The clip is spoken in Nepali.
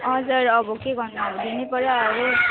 हजुर अब के गर्नु अब दिनै पर्यो अब